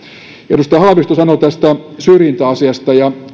edustaja haavisto sanoi tästä syrjintäasiasta ja